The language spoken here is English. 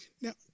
Now